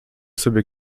sobie